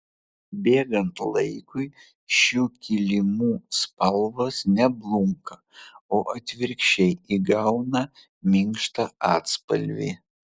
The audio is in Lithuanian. bėgant laikui šių kilimų spalvos ne blunka o atvirkščiai įgauna minkštą atspalvį